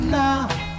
now